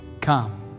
Come